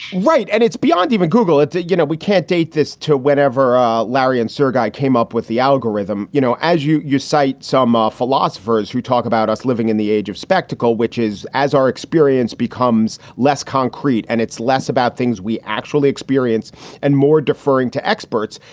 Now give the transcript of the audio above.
right and it's beyond even google. you know, we can't take this to whenever ah larry and sergey came up with the algorithm, you know as you you cite some ah philosophers who talk about us living in the age of spectacle, which is as our experience becomes less concrete and it's less about things we actually experience and more deferring to experts,